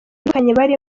batandukanye